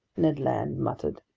ned land muttered,